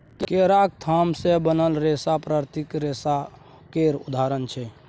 केराक थाम सँ बनल रेशा प्राकृतिक रेशा केर उदाहरण छै